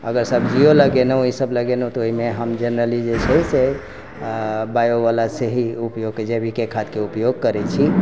हरा सब्जिओ लेगेलहुँ ई सब लगेलहुँ हम जेनेरली से बायो बाला से ही जैविके खादके उपयोग करैत छी